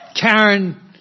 Karen